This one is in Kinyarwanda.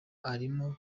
arimo